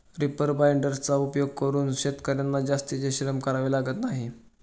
reaper बाइंडर्सचा उपयोग करून शेतकर्यांना जास्तीचे श्रम करावे लागत नाही